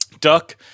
duck